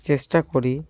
চেষ্টা করি